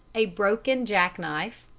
a broken jack-knife,